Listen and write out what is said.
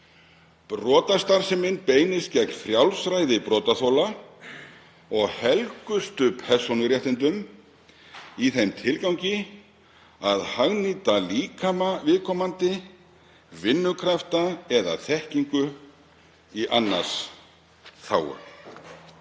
Brotastarfsemin beinist gegn frjálsræði brotaþola og helgustu persónuréttindum í þeim tilgangi að hagnýta líkama viðkomandi, vinnukrafta eða þekkingu í annars þágu.“